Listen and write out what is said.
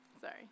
Sorry